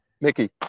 Mickey